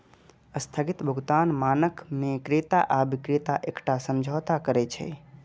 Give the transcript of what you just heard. स्थगित भुगतान मानक मे क्रेता आ बिक्रेता एकटा समझौता करै छै